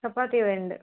சப்பாத்தி ரெண்டு